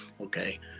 Okay